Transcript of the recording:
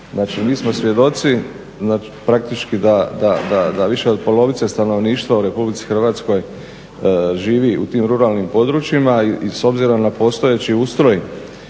mi smo svjedoci praktički da više od polovice stanovništva u Republici Hrvatskoj živi u tim ruralnim područjima. I s obzirom na postojeći ustroj